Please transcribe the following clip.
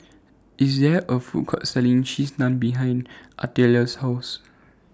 There IS A Food Court Selling Cheese Naan behind Artelia's House